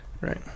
right